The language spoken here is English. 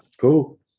Cool